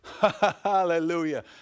Hallelujah